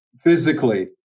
physically